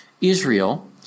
Israel